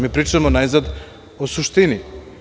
Mi pričamo najzad o suštini.